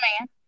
man